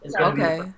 Okay